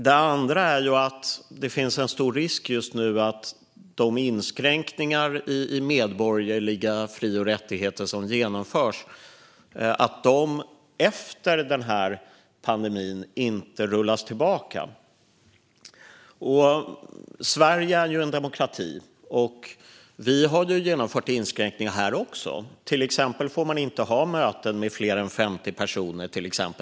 Det finns också en stor risk att de inskränkningar i medborgerliga fri och rättigheter som genomförs inte rullas tillbaka efter pandemin. Sverige är en demokrati, och även vi har genomfört inskränkningar. Man får till exempel inte ha möten med fler än 50 personer.